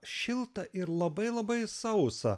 šilta ir labai labai sausa